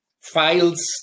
files